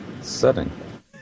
setting